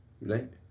Right